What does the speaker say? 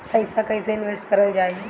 पैसा कईसे इनवेस्ट करल जाई?